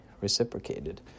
reciprocated